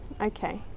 Okay